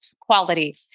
quality